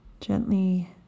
Gently